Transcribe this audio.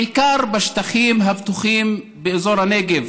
בעיקר בשטחים הפתוחים באזור הנגב.